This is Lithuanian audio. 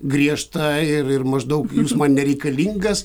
griežta ir ir maždaug jūs man nereikalingas